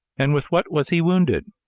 and with what was he wounded?